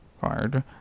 hard